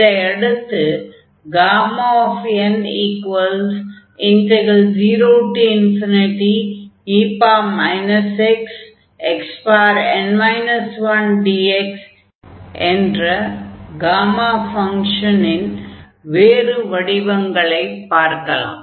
இதையடுத்து n 0e xxn 1dx என்ற gamma ஃபங்ஷனின் வேறு வடிவங்களைப் பார்க்கலாம்